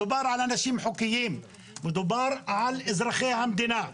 מדובר על אנשים חוקיים, מדובר על אזרחי המדינה.